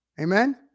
Amen